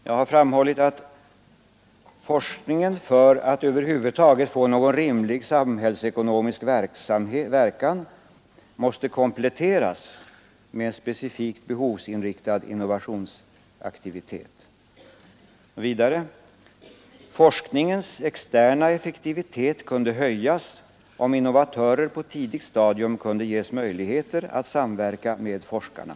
Jag har framhållit att ”forskningen — för att över huvud få någon rimlig samhällsekonomisk verkan — måste kompletteras med en specifik behovsinriktad innovationsaktivitet”. Vidare framhåller jag i motionen att forskningens ”externa effektivitet kunde höjas om innovatörer på tidigt stadium kunde ges möjligheter att samverka med forskarna”.